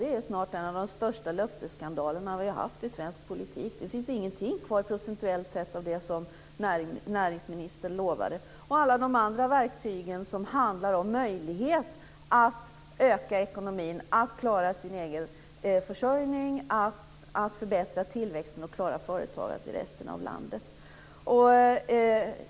Det är snart en av de största löftesskandalerna vi har haft i svensk politik. Det finns ingenting kvar procentuellt sett av det som näringsministern lovade och av alla de andra verktygen som handlar om möjligheter att förbättra ekonomin, att klara sin egen försörjning, att förbättra tillväxten och klara företagandet i resten av landet.